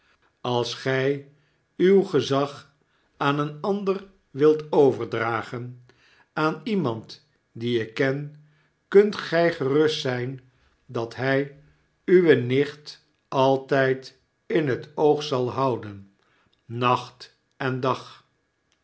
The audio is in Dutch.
als gg uw gezag aan een ander wilt overdragen aan iemand dien ik ken kunt gij gerust zp dat hg uwe nicht altp in het oog zal houden nacht en dag